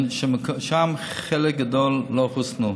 ששם חלק גדול לא חוסנו.